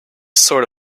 sort